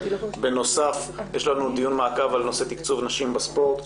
בנוסף יש לנו דיון מעקב על נושא תקצוב נשים בספורט.